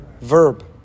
verb